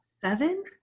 Seven